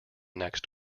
next